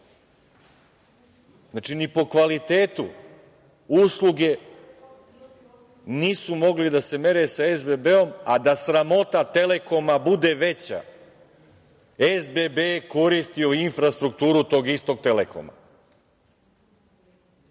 Znači, ni po kvalitetu usluge nisu mogli da se mere sa SBB, a da sramota „Telekoma“ bude veća, SBB koristio infrastrukturu tog istog „Telekoma“.